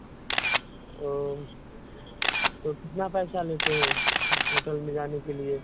तो कितना पैसा लेते हैं होटल में जाने के लिए